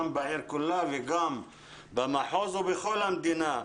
גם בעיר כולה וגם במחוז ובכל המדינה.